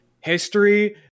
history